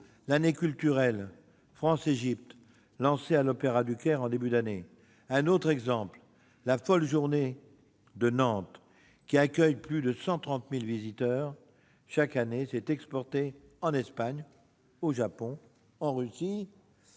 l'année culturelle France-Égypte, lancée à l'opéra du Caire en début d'année. Autre exemple : La Folle journée de Nantes, qui accueille plus de 130 000 visiteurs chaque année, s'est exportée en Espagne, au Japon, en Russie.